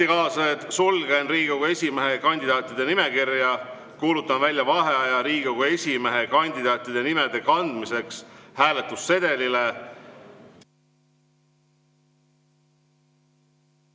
ametikaaslased, sulgen Riigikogu esimehe kandidaatide nimekirja ja kuulutan välja vaheaja Riigikogu esimehe kandidaadi nime kandmiseks hääletussedelile.